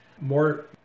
more